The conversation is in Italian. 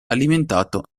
alimentato